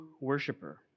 worshiper